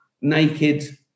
naked